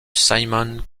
simon